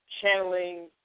channeling